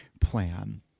plan